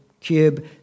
cube